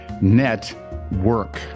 network